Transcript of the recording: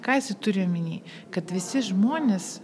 ką jisai turi omeny kad visi žmonės